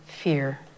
fear